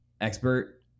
expert